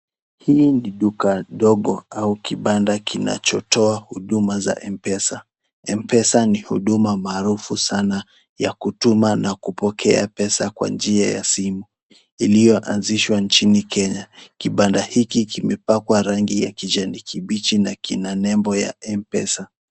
Hii ni duka ndogo au kibanda kinachotoa huduma za M-pesa. M-pesa ni huduma maarufu sana ya kutuma na kupokea pesa kwa njia ya simu, iliyo anzishwa nchini Kenya. Kibanda hiki kimepakwa rangi ya kijani kibichi na kina nembo ya M-pesa.